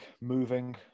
moving